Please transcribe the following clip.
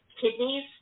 kidneys